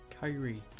Kyrie